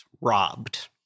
robbed